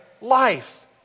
life